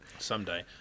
Someday